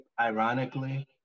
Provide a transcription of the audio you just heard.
ironically